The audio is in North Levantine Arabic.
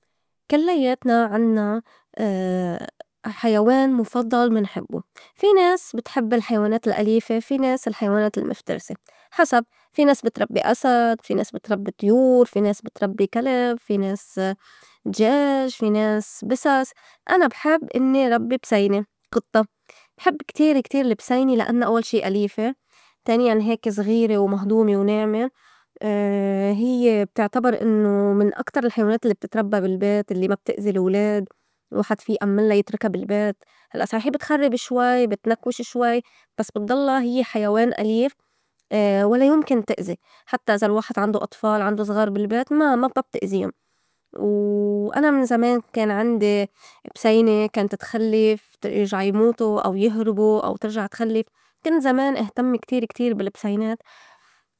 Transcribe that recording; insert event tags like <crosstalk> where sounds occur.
كلّيتنا عنّا <hesitation> حيوان مُفضّل منحبّو في ناس بتحب الحيوانات الأليفة، في ناس الحيوانات المفترسة حسب في ناس بتربّي أسد، في ناس بتربّي طيور، في ناس بتربّي كلب، في ناس دجاج، في ناس بِسس، أنا بحب إنّي ربّي بسيني قطّة بحب كتير- كتير البسينة لأنّا أوّل شي أليفة، تانياً هيك زغيرة ومهضومة وناعمة، <hesitation> هيّ بتُعتبر إنّو من أكتر الحيوانات الّي بتتربّى بالبيت الّي ما بتأزي الولاد الواحد في يأمّنلا يتركا بالبيت هلّئ صحيح بتخرّب شوي بتنكوش شوي بس بتضلّا هيّ حيوان أليف <hesitation> ولا يُمكن تأزي حتّى إذا الواحد عندو أطفال عندو زغار بالبيت ما- ما بتأزيُن، وأنا من زمان كان عندي بسينة كانت تخلّف يرجعو يموتو أو يهربو أو ترجع تخلّف كنت زمان إهتم كتير- كتير بالبسينات.